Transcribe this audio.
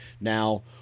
Now